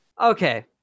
Okay